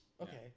Okay